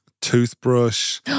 Toothbrush